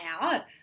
out